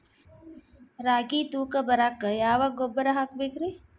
ರಾಗಿ ತೂಕ ಬರಕ್ಕ ಯಾವ ಗೊಬ್ಬರ ಹಾಕಬೇಕ್ರಿ?